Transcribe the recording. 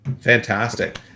Fantastic